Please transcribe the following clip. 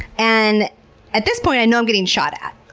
and at this point i know i'm getting shot at,